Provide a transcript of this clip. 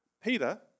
Peter